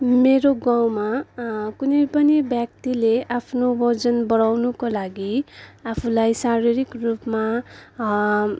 मेरो गाउँमा कुनै पनि व्यक्तिले आफ्नो ओजन बढाउनको लागि आफूलाई शारीरिक रूपमा